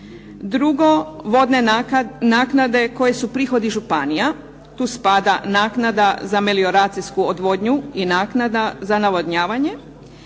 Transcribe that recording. Drugo, vodne naknade koje su prihodi županija, tu spada naknada za melioracijsku odvodnju i naknada za odvodnjavanje